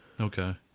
Okay